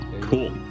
Cool